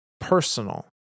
personal